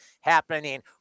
happening